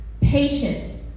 patience